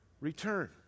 Return